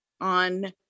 on